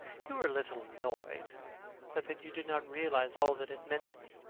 you were a little annoyed but then you did not realize all that it meant to me.